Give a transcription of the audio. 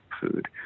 food